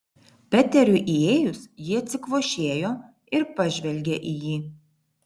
peteriui įėjus ji atsikvošėjo ir pažvelgė į jį